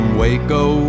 waco